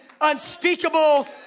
unspeakable